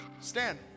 Stand